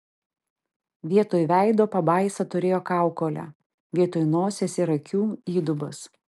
vietoj veido pabaisa turėjo kaukolę vietoj nosies ir akių įdubas